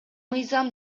мыйзам